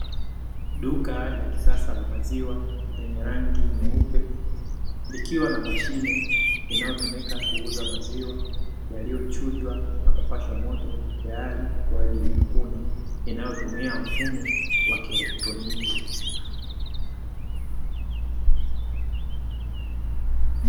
Duka la kisasa la maziwa lenye rangi nyeupe, likiwa na mashine inayotumika kuuza maziwa yaliyochujwa na kupashwa moto tayari kwa ajili ya kunywa inayotumia mfumo wa kielektroniki.